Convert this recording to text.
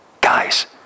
guys